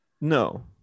No